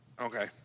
Okay